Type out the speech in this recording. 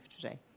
today